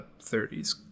30s